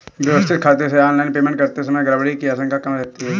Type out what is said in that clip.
व्यवस्थित खाते से ऑनलाइन पेमेंट करते समय गड़बड़ी की आशंका कम रहती है